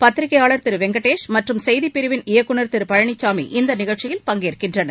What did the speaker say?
பத்திரிக்கையாளர் திரு வெங்கடேஷ் மற்றும் செய்தி பிரிவின் இயக்குநர் திரு பழனிசாமி இந்த நிகழ்ச்சியில் பங்கேற்கின்றனர்